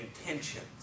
intentions